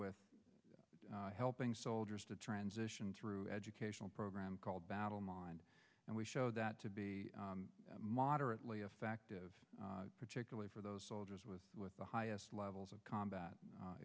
with helping soldiers to transition through educational program called battle mind and we showed that to be moderately effective particularly for those soldiers with with the highest levels of combat